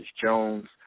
Jones